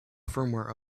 firmware